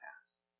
pass